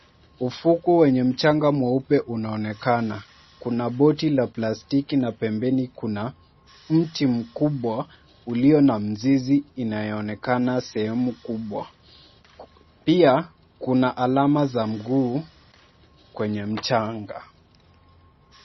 Ufukwe wenye mchanga mweupe unaonekana, kuna boti la plastiki na pembeni kuna mti mkubwa uliyo na mzizi inayooekana sehemu kubwa. Pia kuna alama za mguu kwenye mchanga.